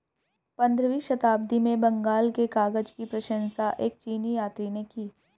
पंद्रहवीं शताब्दी में बंगाल के कागज की प्रशंसा एक चीनी यात्री ने की